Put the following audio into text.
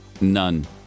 None